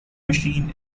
machine